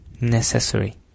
necessary